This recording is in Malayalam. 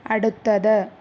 അടുത്തത്